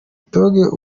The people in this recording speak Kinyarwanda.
dogg